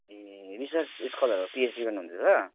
ए research scholar हो PhD गर्नु हुँदैछ